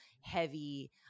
heavy